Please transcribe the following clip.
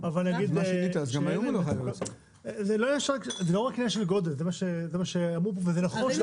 רק עניין של גודל, זה מה שאמרו פה וזה נכון.